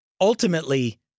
ultimately